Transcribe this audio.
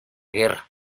guerra